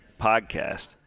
podcast